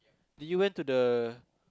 did you went to the